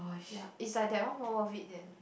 ya is like that one more worth it than